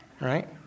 right